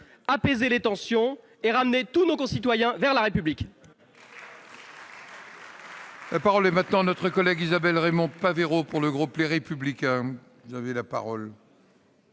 apaiser les tensions et ramener tous nos concitoyens vers la République.